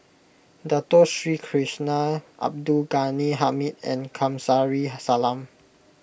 Dato Sri Krishna Abdul Ghani Hamid and Kamsari Salam